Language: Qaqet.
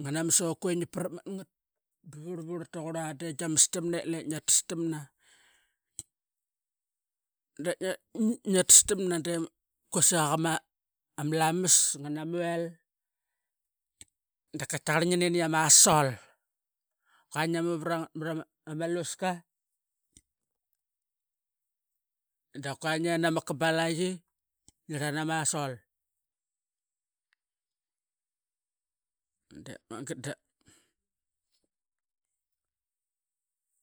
Ngana ma sokui i ngi prap mat ngat ba vurlvurl ta qurla de gia mastamna ep lep ngia tas tamna. Dap ngia ngiatastamna de quasik aqa ma lamas ngana ma oil da qatia qarl ngi nin iama sol. Qua ngiamu vara ngat mara luska, da kua ngen ama kabalayi ngirlan ama sol. Dep magat da